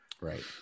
right